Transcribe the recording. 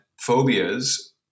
phobias